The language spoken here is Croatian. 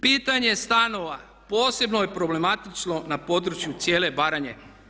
Pitanje stanova posebno je problematično na području cijele Baranje.